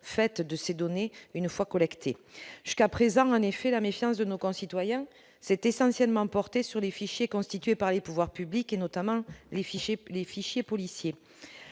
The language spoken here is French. faite de ces données une fois collectées jusqu'à présent, en effet, la méfiance de nos concitoyens, c'est essentiellement porté sur les fichiers constitués par les pouvoirs publics et notamment les fiches et les